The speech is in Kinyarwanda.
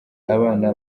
abana